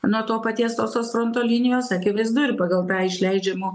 nuo to paties tos tos fronto linijos akivaizdu ir pagal tą išleidžiamo